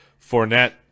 Fournette